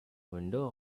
window